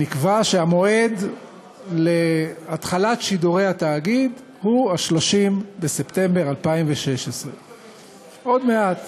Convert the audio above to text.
נקבע שהמועד להתחלת שידורי התאגיד הוא 30 בספטמבר 2016. עוד מעט,